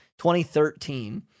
2013